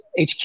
HQ